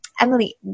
emily